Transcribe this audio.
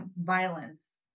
violence